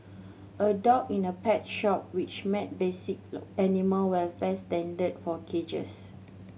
a dog in a pet shop which met basic animal welfare standard for cages